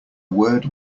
word